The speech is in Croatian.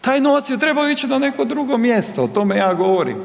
Taj novac je trebao ići na neko drugo mjesto, o tome ja govorim.